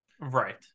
Right